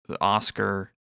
Oscar